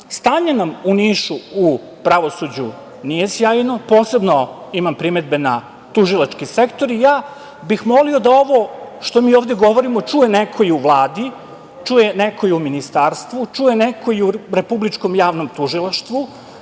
vlasti. Stanje nam u Nišu u pravosuđu nije sjajno. Posebno imam primedbe na tužilački sektor i ja bih molio da ovo što mi ovde govorimo čuje neko i u Vladi, čuje neko i u ministarstvu, čuje neko i u Republičkom javnom tužilaštvu,